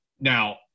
Now